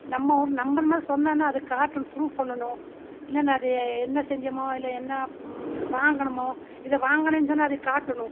நம்ம ஒரு நம்புகிற மாதிரி சொன்னன்னு அது காட்டணும் புரூஃவ் பண்ணனும் இல்லைனா அது என்ன செஞ்சோமோ இல்லை என்ன வாங்குனோமோ இதை வாங்குனுன்னு சொன்னால் அது காட்டணும்